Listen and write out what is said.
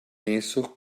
eso